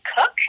cook